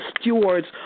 stewards